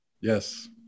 Yes